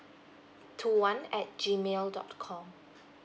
two one at G mail dot com